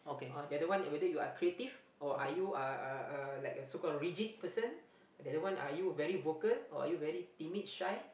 or the other one whether you are creative or are you a a a like a so called rigid person the other one are you very vocal or are you very timid shy